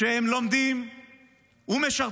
שהם לומדים ומשרתים